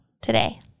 today